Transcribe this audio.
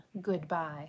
goodbye